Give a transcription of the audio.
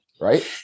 Right